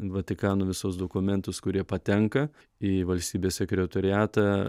vatikano visus dokumėntus kurie patenka į valstybės sekretoriatą